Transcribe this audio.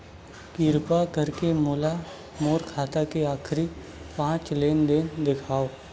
किरपा करके मोला मोर खाता के आखिरी पांच लेन देन देखाव